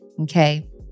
Okay